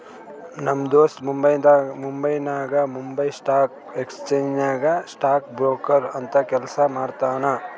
ನಮ್ ದೋಸ್ತ ಮುಂಬೈನಾಗ್ ಬೊಂಬೈ ಸ್ಟಾಕ್ ಎಕ್ಸ್ಚೇಂಜ್ ನಾಗ್ ಸ್ಟಾಕ್ ಬ್ರೋಕರ್ ಅಂತ್ ಕೆಲ್ಸಾ ಮಾಡ್ತಾನ್